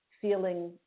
feeling